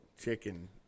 chicken